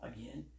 Again